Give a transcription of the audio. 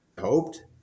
hoped